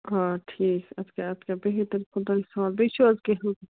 آ ٹھیٖک چھُ اَدٕ کیٛاہ اَدٕ کیٛاہ بِہِو تیٚلہِ خۄدایس حَوال بیٚیہِ چھُو حظ کیٚنٛہہ حُکُم